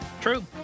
True